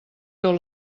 tot